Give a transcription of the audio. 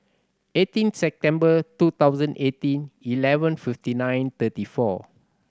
eighteen September two thousand eighteen eleven fifty nine thirty four